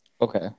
Okay